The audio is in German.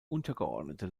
untergeordnete